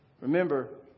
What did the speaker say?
Remember